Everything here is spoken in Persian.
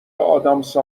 ادامس